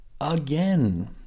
Again